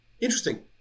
Interesting